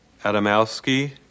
Adamowski